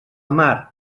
mar